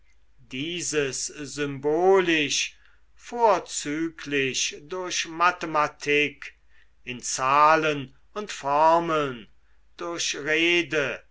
dieses symbolisch vorzüglich durch mathematik in zahlen und formeln durch rede